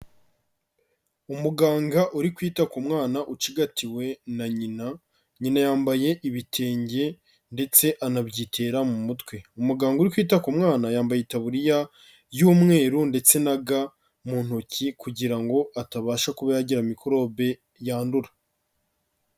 Umuganga uri kwita ku mwana ucigatiwe na nyina, nyina yambaye ibitenge ndetse anabyitera mu mutwe, umuganga uri kwita ku mwana yambaye itaburiya y'umweru ndetse na ga mu ntoki kugira ngo atabasha kuba yagira mikorobe yandura.